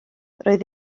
roedd